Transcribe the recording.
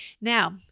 Now